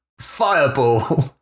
fireball